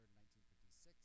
1956